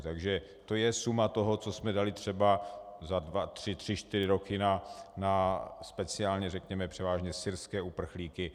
Takže to je suma toho, co jsme dali třeba za dva, tři, čtyři roky na speciálně, řekněme převážně syrské uprchlíky.